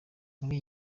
muri